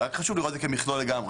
רק חשוב לראות את זה כמכלול לגמרי.